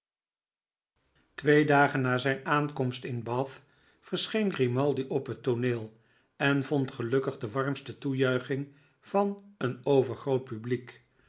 twee dagen na zijne aankomst in bath verscheen grimaldi op het tooneel en vond gelukkig de warmste toejuiching van een overgroot publiek